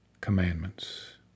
commandments